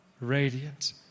radiant